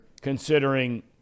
considering